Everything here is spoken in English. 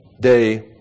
day